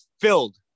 filled